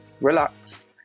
relax